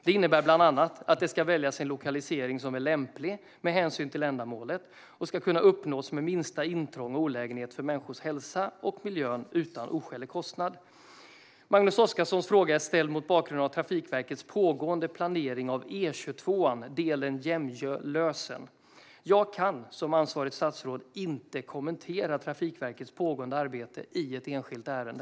Det innebär bland annat att det ska väljas en lokalisering som är lämplig med hänsyn till att ändamålet ska kunna uppnås med minsta intrång och olägenhet för människors hälsa och miljön utan oskälig kostnad. Magnus Oscarssons fråga är ställd mot bakgrund av Trafikverkets pågående planering av E22, delen Jämjö-Lösen. Jag kan som ansvarigt statsråd inte kommentera Trafikverkets pågående arbete i ett enskilt ärende.